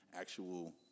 actual